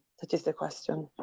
that is the question.